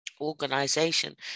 organization